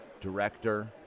director